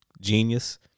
genius